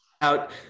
out